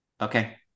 okay